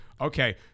Okay